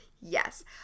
Yes